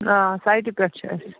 آ سایٹہِ پٮ۪ٹھ چھِ اَسہِ